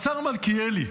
השר מלכיאלי,